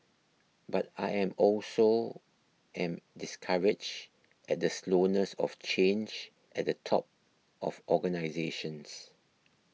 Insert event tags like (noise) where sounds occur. but I am also (hesitation) discourage at the slowness of change at the top of organisations